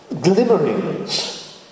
glimmerings